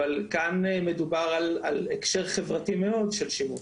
אבל כאן מדובר על הקשר חברתי מאוד של שימוש.